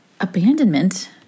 abandonment